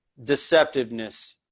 deceptiveness